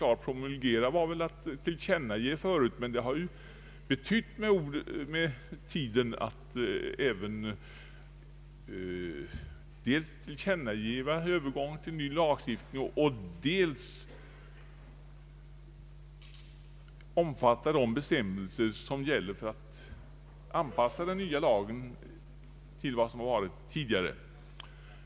Att promulgera betydde förut tillkännage, men det har kommit att betyda dels tillkännage övergång till ny lagstiftning, dels anpassa den nya lagen till vad som gällt tidigare.